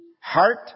heart